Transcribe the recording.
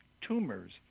tumors